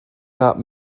not